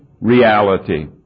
reality